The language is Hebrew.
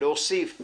להוסיף